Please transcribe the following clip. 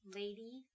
lady